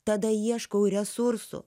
tada ieškau resursų